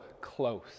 close